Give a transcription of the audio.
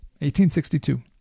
1862